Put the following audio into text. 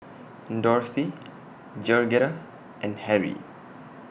Dorthy Georgetta and Harry